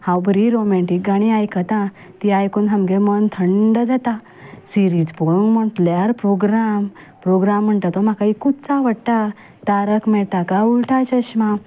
हांव बरी रोमेंटीक गाणी आयकता ती आयकून सामकें मन थंड जाता सिरीज पळोंक म्हटल्यार पोग्राम प्रोग्राम म्हणटा तो म्हाका एकूच आवडटा तारक मेहता का उल्टा चष्मा